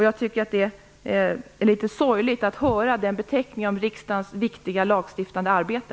Jag tycker att det är litet sorgligt att höra den beteckningen om riksdagens viktiga lagstiftande arbete.